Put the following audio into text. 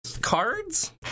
Cards